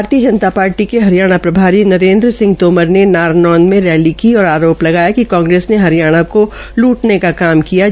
भारतीय जनता पार्टी के हरियाणा प्रभारी नरेनद्र सिंह तोमर ने नारनौंद में रैली की और आरोप लगाया कि कांग्रेस ने हरियाणा को लूटने का काम किया है